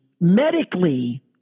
medically